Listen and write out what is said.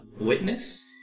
Witness